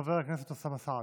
חבר הכנסת אוסאמה סעדי.